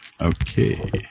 Okay